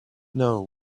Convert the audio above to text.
now